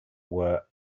were